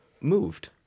moved